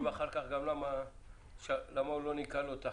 אחר כך למה הוא לא ניקה לו את החרטום.